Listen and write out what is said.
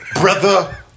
brother